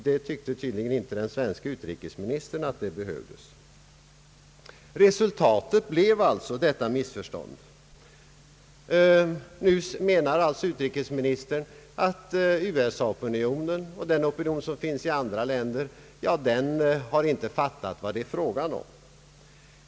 Den svenske utrikesministern tyckte tydligen inte att det behövdes. Resultatet blev alltså detta missförstånd. Nu menar utrikesministern att USA opinionen och den opinion som finns i andra länder inte har fattat vad det är fråga om.